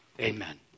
Amen